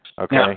Okay